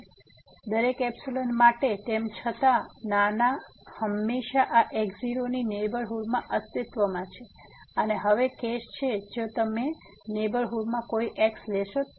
તેથી દરેક એપ્સીલોન માટે તેમછતાં નાના હંમેશાં આ x0 ની નેહબરહુડમાં અસ્તિત્વમાં છે અને હવે કેસ છે જો તમે નેહબરહુડમાં કોઈ x લેશો તો